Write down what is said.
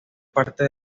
parte